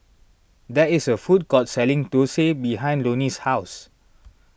there is a food court selling Dosa behind Loney's house